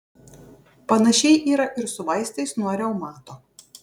panašiai yra ir su vaistais nuo reumato